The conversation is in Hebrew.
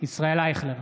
ישראל אייכלר,